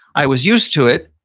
i was used to it.